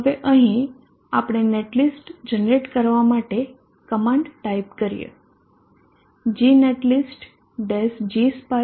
હવે અહીં આપણે નેટલિસ્ટ જનરેટ કરવા માટે કમાન્ડ ટાઈપ કરીયે g netlist - G spice SDB output pv